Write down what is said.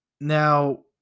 Now